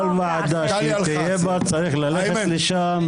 מומחה בהורדת דגל פלסטין בחווארה.